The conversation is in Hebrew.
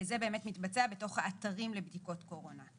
- זה באמת מתבצע בתוך האתרים לבדיקות קורונה.